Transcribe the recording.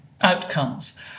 outcomes